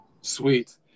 Sweet